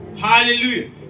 Hallelujah